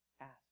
Ask